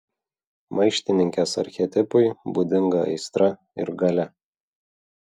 maištininkės archetipui būdinga aistra ir galia